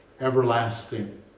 Everlasting